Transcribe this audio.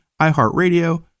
iHeartRadio